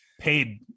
paid